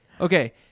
Okay